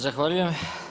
Zahvaljujem.